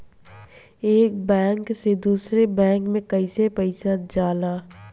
एक बैंक से दूसरे बैंक में कैसे पैसा जाला?